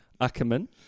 Ackerman